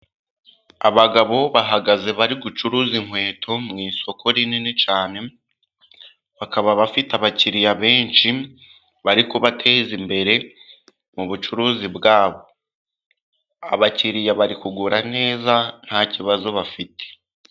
Abagabo bahagaze bari gucuruza inkweto mu isoko rinini cyane bakaba bafite abakiriya benshi bari kubateza imbere mubucuruzi bwabo abakiriya bari kugura neza nta kibazo bafite.